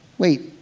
wait,